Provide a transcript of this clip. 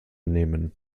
nehmen